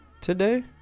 today